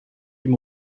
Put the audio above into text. dem